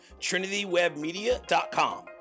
TrinityWebMedia.com